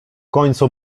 końcu